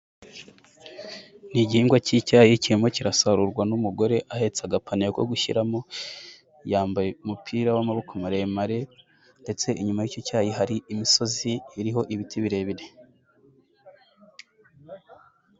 Ni igihingwa cy'icyayi kimo kirasarurwa n'umugore ahetse agapaniye ko gushyiramo, yambaye umupira w'amaboko maremare ndetse inyuma y'icyo cyayi hariho imisozi iriho ibiti birebire.